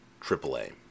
triple-A